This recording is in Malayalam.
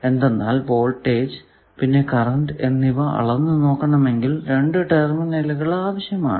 എന്തെന്നാൽ വോൾടേജ് പിന്നെ കറന്റ് എന്നിവ അളന്നു നോക്കണമെങ്കിൽ രണ്ടു ടെർമിനലുകൾ ആവശ്യമാണ്